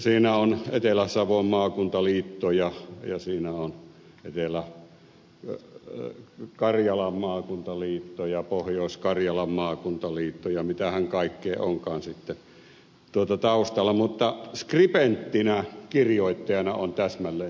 siinä on etelä savon maakuntaliitto ja siinä on etelä karjalan maakuntaliitto ja pohjois karjalan maakuntaliitto ja mitähän kaikkea onkaan sitten taustalla mutta skribenttinä kirjoittajana on täsmälleen tämä sama henkilö